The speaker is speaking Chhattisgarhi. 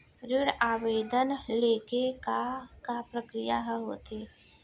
ऋण आवेदन ले के का का प्रक्रिया ह होथे?